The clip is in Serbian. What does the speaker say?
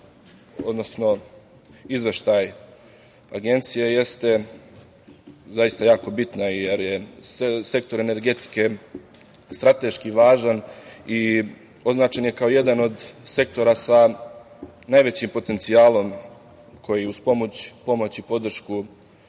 odnosno izveštaj Agencije jeste zaista jako bitna, jer je sektor energetike strateški važan i označen je kao jedan od sektora sa najvećim potencijalom koji uz pomoć i podršku